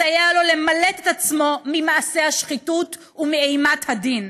מסייע לו למלט את עצמו ממעשי השחיתות ומאימת הדין.